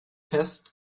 fest